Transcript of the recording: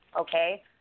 okay